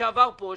שעבר פה,